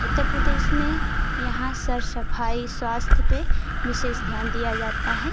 उत्तर प्रदेश में यहाँ सर सफाई स्वास्थय पर बिसेस ध्यान दिया जाता है